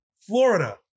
Florida